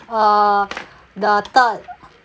uh the third